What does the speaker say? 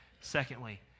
Secondly